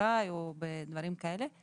באשראי או בדברים כאלה.